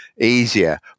easier